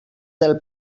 del